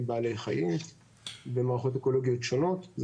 בעלי חיים במערכות אקולוגיות שונות.